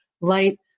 light